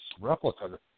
replica